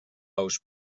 ous